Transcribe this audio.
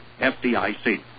FDIC